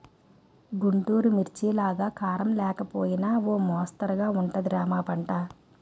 గుంటూరు మిర్చిలాగా కారం లేకపోయినా ఓ మొస్తరుగా ఉంటది రా మా పంట